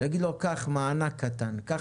להגיד לו, קח מענק קטן, קח תכנית עסקית.